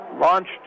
launched